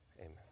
amen